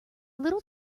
little